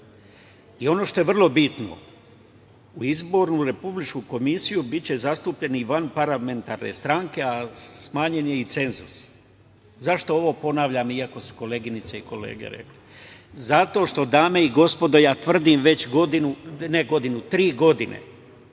Ono što je vrlo bitno, u Republičku izbornu komisiju biće zastupljene i vanparlamentarne stranke, a smanjen je i cenzus.Zašto ovo ponavljam, iako su koleginice i kolege rekle? Zato što, dame i gospodo, ja tvrdim već tri godine